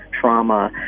trauma